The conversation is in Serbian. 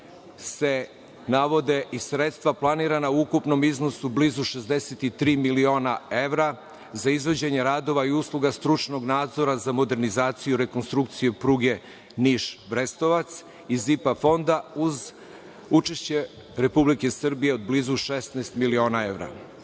navode se i sredstva, planirana ukupnom iznosu blizu 63 miliona evra za izvođenje radova i usluga stručnog nadzora za modernizaciju i rekonstrukciju pruge Niš – Brestovac iz IPA fonda uz učešće Republike Srbije blizu 16 miliona